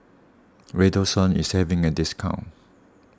Redoxon is having a discount